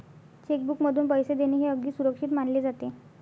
check बुकमधून पैसे देणे हे अगदी सुरक्षित मानले जाते